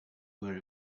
where